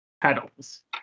petals